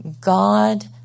God